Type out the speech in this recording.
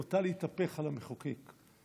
נוטה להתהפך על המחוקק.